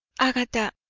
agatha,